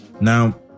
Now